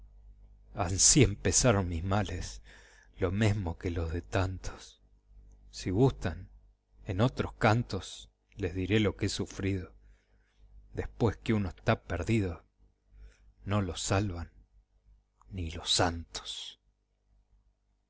batallón ansí empezaron mis males lo mesmo que los de tantos si gustan en otros cantos les diré lo que he sufrido después que uno está perdido no lo salvan ni los santos